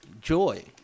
Joy